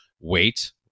wait